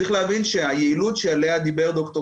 צריך להבין שהיעילות שעליה דיבר ד"ר